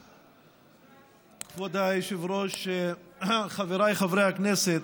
כבוד היושב-ראש, חבריי חברי הכנסת,